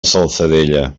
salzadella